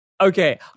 okay